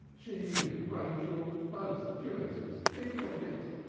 she and rachel both jewesses! think of it!